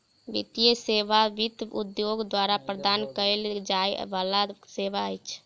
वित्तीय सेवा वित्त उद्योग द्वारा प्रदान कयल जाय बला सेवा अछि